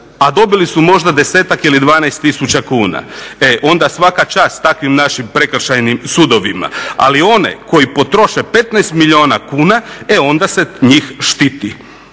a dobili su možda 10-ak ili 12 tisuća kuna. E onda svaka čast takvim našim prekršajnim sudovima. Ali one koji potroše 15 milijuna kuna e onda se njih štiti.